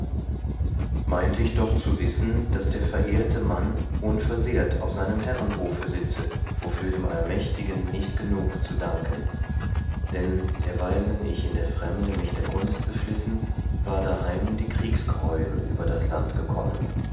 meinte ich doch zu wissen daß der verehrte mann unversehrt auf seinem herrenhofe sitze wofür dem allmächtigen nicht genug zu danken denn derweilen ich in der fremde mich der kunst beflissen war daheim die kriegsgreuel über das land gekommen